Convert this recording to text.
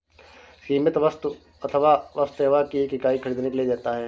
कीमत वस्तु अथवा सेवा की एक इकाई ख़रीदने के लिए देता है